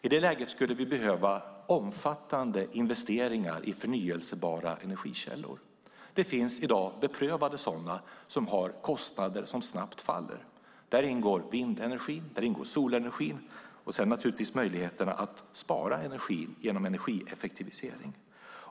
I detta läge skulle vi behöva omfattande investeringar i förnybara energikällor. Det finns i dag beprövade sådana som har kostnader som snabbt faller. Där ingår vindenergin, solenergin och naturligtvis möjligheterna att spara energi genom energieffektivisering.